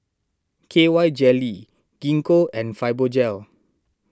K Y Jelly Gingko and Fibogel